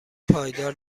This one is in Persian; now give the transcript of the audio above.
پایدار